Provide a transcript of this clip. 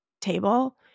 table